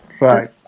Right